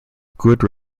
good